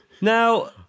Now